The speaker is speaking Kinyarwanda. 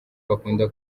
bakunda